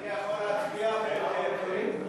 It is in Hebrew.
לוועדת העבודה, הרווחה והבריאות נתקבלה.